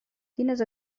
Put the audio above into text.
quines